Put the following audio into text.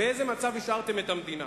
באיזה מצב השארתם את המדינה.